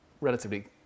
relatively